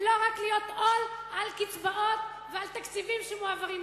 ולא רק להיות עול על קצבאות ועל תקציבים שמועברים אליהם.